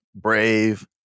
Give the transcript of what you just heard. brave